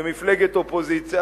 כמפלגת אופוזיציה,